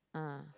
ah